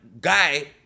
guy